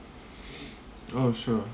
oh sure